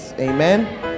amen